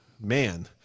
man